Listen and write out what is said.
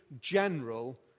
general